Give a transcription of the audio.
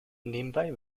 nebenbei